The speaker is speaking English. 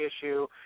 issue